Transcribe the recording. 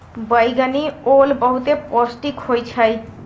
बइगनि ओल बहुते पौष्टिक होइ छइ